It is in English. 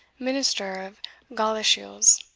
minister of galashiels,